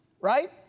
right